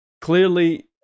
clearly